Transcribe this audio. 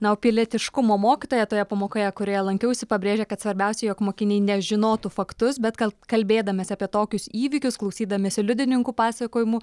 na o pilietiškumo mokytoja toje pamokoje kurioje lankiausi pabrėžė kad svarbiausia jog mokiniai ne žinotų faktus bet kal kalbėdamas apie tokius įvykius klausydamiesi liudininkų pasakojimų